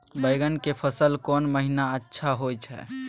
बैंगन के फसल कोन महिना अच्छा होय छै?